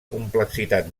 complexitat